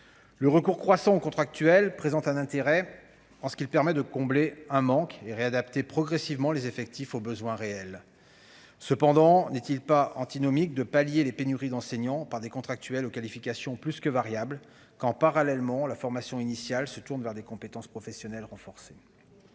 Le recours croissant aux contractuels présente un intérêt en ce qu'il permet de combler un manque et de réadapter progressivement les effectifs aux besoins réels. Cependant, n'est-il pas antinomique de pallier les pénuries d'enseignants en recrutant des contractuels dont les qualifications sont plus que variables, quand, parallèlement, la formation initiale se tourne vers des compétences professionnelles renforcées ?